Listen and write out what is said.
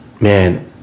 man